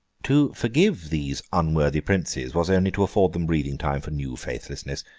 to forgive these unworthy princes was only to afford them breathing-time for new faithlessness.